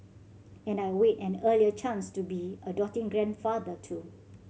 and I await an earlier chance to be a doting grandfather too